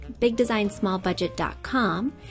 BigDesignSmallBudget.com